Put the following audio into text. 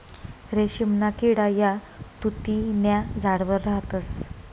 रेशीमना किडा या तुति न्या झाडवर राहतस